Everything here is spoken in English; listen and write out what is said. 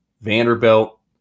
vanderbilt